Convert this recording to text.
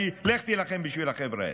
מרגי: לך תילחם בשביל החבר'ה האלה.